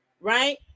right